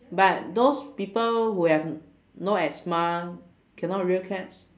but those people who have no asthma cannot rear cats